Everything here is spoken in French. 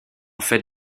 fait